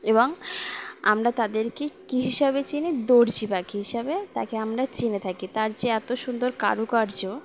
এবং আমরা তাদেরকে কী হিসাবে চিনি দড়জি বা কী হিসাবে তাকে আমরা চিনে থাকি তার যে এত সুন্দর কারুকার্য